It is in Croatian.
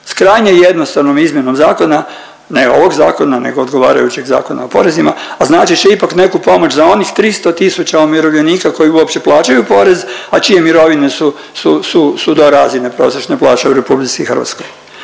krajnje jednostavnom izmjenom zakona, ne ovog zakona nego odgovarajućeg Zakona o porezima, a značit će ipak neku pomoć za onih 300 tisuća umirovljenika koji uopće plaćaju porez, a čije mirovine su, su, su, su do razine prosječne plaće u RH. A s druge